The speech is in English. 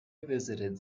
visited